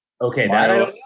Okay